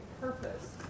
purpose